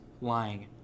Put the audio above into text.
lying